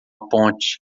ponte